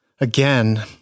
again